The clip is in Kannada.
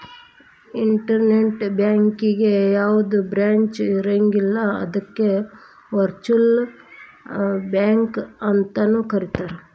ಇನ್ಟರ್ನೆಟ್ ಬ್ಯಾಂಕಿಗೆ ಯಾವ್ದ ಬ್ರಾಂಚ್ ಇರಂಗಿಲ್ಲ ಅದಕ್ಕ ವರ್ಚುಅಲ್ ಬ್ಯಾಂಕ ಅಂತನು ಕರೇತಾರ